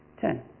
Ten